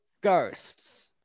ghosts